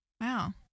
Wow